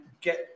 get